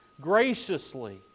graciously